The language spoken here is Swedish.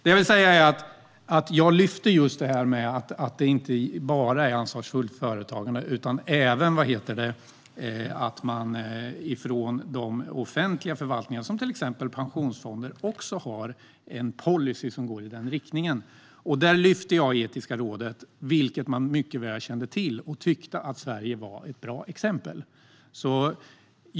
Jag vill alltså lyfta fram att det inte bara handlar om ansvarsfullt företagande utan att även de offentliga förvaltningarna, till exempel pensionsfonder, måste ha en policy som går i den riktningen. Detta lyfte jag i Etiska rådet, och man kände mycket väl till det och tyckte att Sverige var ett bra exempel.